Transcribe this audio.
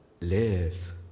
live